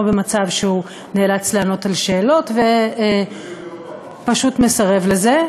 במצב שהוא נאלץ לענות על שאלות ופשוט מסרב לזה.